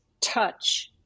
touch